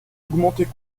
augmenter